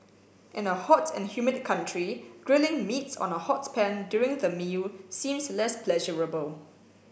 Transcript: in a hot and humid country grilling meats on a hot pan during the meal seems less pleasurable